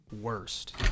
worst